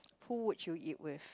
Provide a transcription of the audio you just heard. who would you eat with